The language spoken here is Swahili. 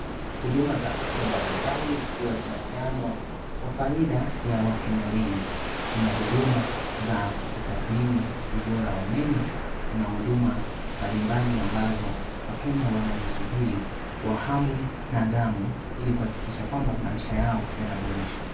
Huduma za afya mbalimbali zikiwa zinapeanwa kwa faida ya wakenya wengi. Kuna huduma za kutathmini ubora wa meno, kuna huduma mbalimbali ambazo wakenya wanazisubiri kwa hamu na gamu ili kuhakikisha kwamba, maisha yao yanaboreshwa.